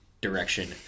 direction